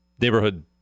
neighborhood